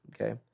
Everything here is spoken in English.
okay